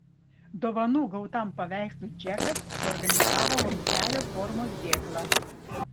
dovanų gautam paveikslui džekas suorganizavo vamzdelio formos dėklą